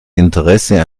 interesse